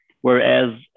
whereas